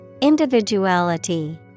Individuality